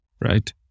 right